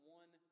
one